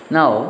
Now